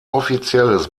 offizielles